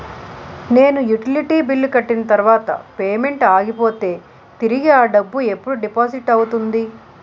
నేను utility bill కట్టిన తర్వాత పేమెంట్ ఆగిపోతే తిరిగి అ డబ్బు ఎప్పుడు డిపాజిట్ అవుతుంది?